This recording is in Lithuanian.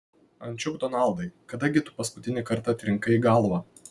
ančiuk donaldai kada gi tu paskutinį kartą trinkai galvą